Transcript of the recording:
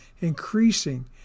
increasing